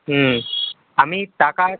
হুম আমি টাকা এখন